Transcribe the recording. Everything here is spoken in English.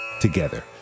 together